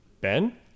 Ben